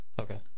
okay